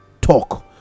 talk